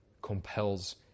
compels